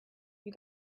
you